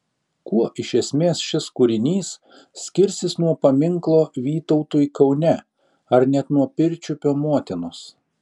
kuo iš esmės šis kūrinys skirsis nuo paminklo vytautui kaune ar net nuo pirčiupio motinos